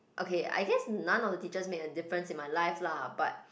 okay I just none of the teachers made a difference in my life lah but